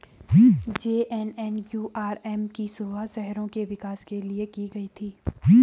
JNNURM की शुरुआत शहरों के विकास के लिए की गई थी